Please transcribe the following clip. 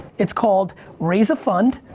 it's called raise a fund,